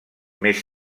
més